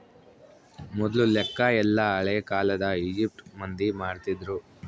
ಮೊದ್ಲು ಲೆಕ್ಕ ಎಲ್ಲ ಹಳೇ ಕಾಲದ ಈಜಿಪ್ಟ್ ಮಂದಿ ಮಾಡ್ತಿದ್ರು